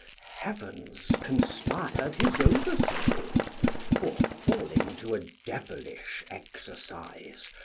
heavens conspir'd his overthrow for, falling to a devilish exercise,